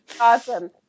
Awesome